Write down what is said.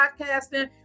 podcasting